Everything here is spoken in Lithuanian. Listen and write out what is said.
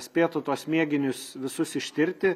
spėtų tuos mėginius visus ištirti